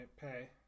Pay